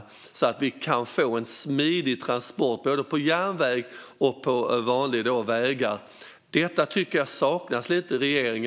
Därigenom hade vi kunnat få en smidig transport på både järnväg och vanliga vägar. Detta saknas lite hos regeringen.